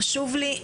חשוב לי,